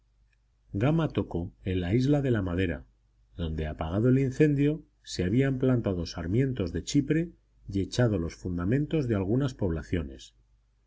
gama tocó en la isla de la madera donde apagado el incendio se habían plantado sarmientos de chipre y echado los fundamentos de algunas poblaciones